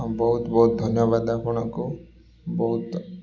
ହଁ ବହୁତ ବହୁତ ଧନ୍ୟବାଦ ଆପଣଙ୍କୁ ବହୁତ